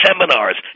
seminars